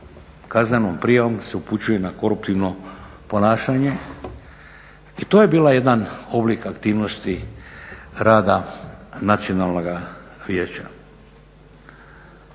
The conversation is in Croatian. kaznenom prijavom da se upućuje na koruptivno ponašanje. I to je bio jedan oblik aktivnosti rada Nacionalnoga vijeća.